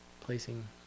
placing